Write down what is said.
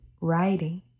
writing